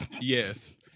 Yes